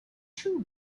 too